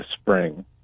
spring